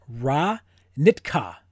Ra-Nitka